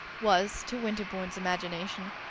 was, to winterbourne's imagination,